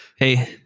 Hey